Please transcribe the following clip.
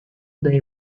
they